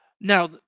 Now